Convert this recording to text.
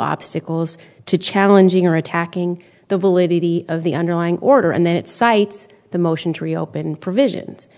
obstacles to challenging or attacking the validity of the underlying order and then it cites the motion to reopen provisions